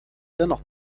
dennoch